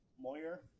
Moyer